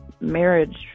marriage